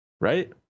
right